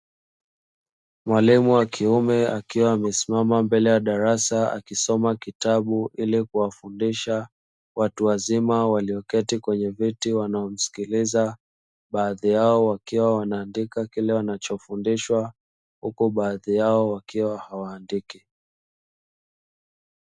Mwalimu wa kiume akiwa amesimama mbele ya darasa akisoma kitabu ili kuwafundisha watu wazima walioketi kwenye viti wanaomsikiliza, baadhi yao wakiwa wanaandika kile wanachofundishwa, huko baadhi yao wakiwa hawaandiki.